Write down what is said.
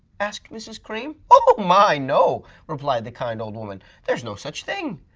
asked mrs. cream. oh my, no, replied the kind old woman. there's no such thing.